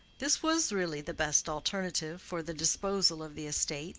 this was really the best alternative for the disposal of the estates.